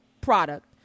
product